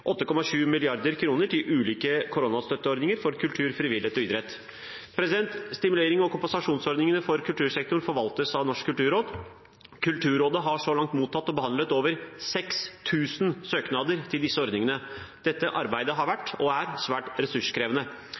8,7 mrd. kr til ulike koronastøtteordninger for kultur, frivillighet og idrett. Stimulerings- og kompensasjonsordningene for kultursektoren forvaltes av Norsk kulturråd. Kulturrådet har så langt mottatt og behandlet over 6 000 søknader til disse ordningene. Dette arbeidet har vært, og er, svært ressurskrevende.